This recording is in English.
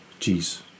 jeez